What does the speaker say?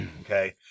okay